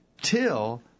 till